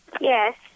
Yes